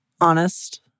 honest